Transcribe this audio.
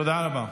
תודה רבה.